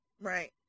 Right